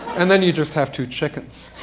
and then you just have two chickens.